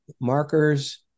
markers